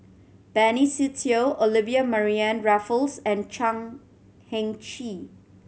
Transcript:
Benny Se Teo Olivia Mariamne Raffles and Chan Heng Chee